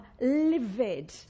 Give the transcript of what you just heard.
livid